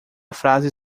frase